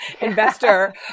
investor